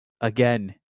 again